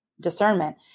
discernment